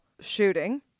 shooting